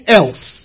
else